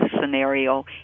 scenario